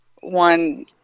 One